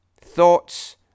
thoughts